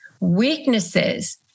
weaknesses